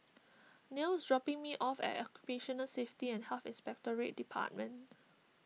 Nell is dropping me off at Occupational Safety and Health Inspectorate Department